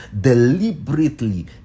deliberately